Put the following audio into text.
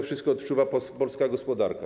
Wszystko to odczuwa polska gospodarka.